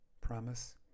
Promise